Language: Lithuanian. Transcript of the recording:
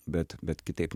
bet bet kitaip